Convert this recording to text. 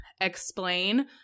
explain